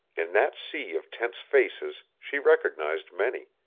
in that sea of tense faces she recognized many